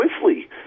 swiftly